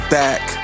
back